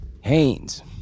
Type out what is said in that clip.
Haynes